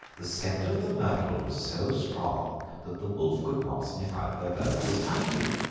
the scent of the myrtle was so strong that the wolf could not sniff out where bertha was hiding,